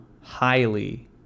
highly